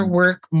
work